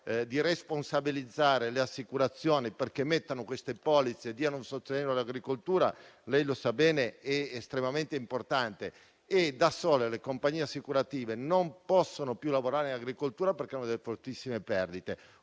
di responsabilizzare le assicurazioni, perché emettano queste polizze e diano un sostegno all'agricoltura è estremamente importante e lei lo sa bene. Da sole le compagnie assicurative non possono più lavorare in agricoltura, perché hanno delle fortissime perdite.